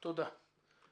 תודה.